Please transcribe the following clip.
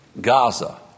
Gaza